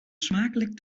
smakelijk